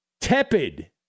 tepid